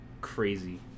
Crazy